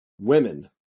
women